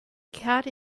cat